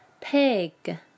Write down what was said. Pig